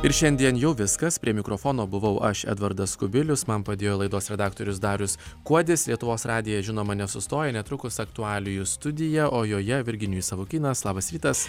ir šiandien jau viskas prie mikrofono buvau aš edvardas kubilius man padėjo laidos redaktorius darius kuodis lietuvos radiją žinoma nesustoja netrukus aktualijų studija o joje virginijus savukynas labas rytas